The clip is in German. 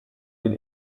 den